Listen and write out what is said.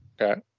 Okay